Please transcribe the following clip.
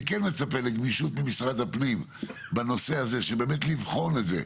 אני כן מצפה לגמישות במשרד הפנים בנושא הזה ובאמת לבחון את זה,